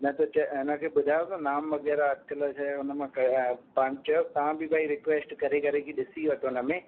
न त चए इन खे ॿुधायो नाम वग़ैरह अॼुकल्ह छाहे उन में पाण चयोसि तव्हां बि भई रिक्वेस्ट करे करे ॾिसी वठो उन में